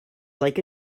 like